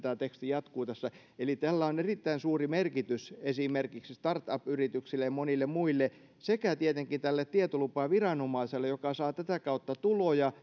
tämä teksti jatkuu tässä eli tällä on erittäin suuri merkitys esimerkiksi startup yrityksille ja monille muille sekä tietenkin tälle tietolupaviranomaiselle joka saa tätä kautta tuloja